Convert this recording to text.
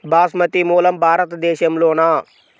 బాస్మతి మూలం భారతదేశంలోనా?